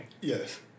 Yes